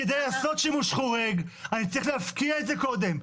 כדי לעשות שימוש חורג אני צריך להפקיע את זה קודם.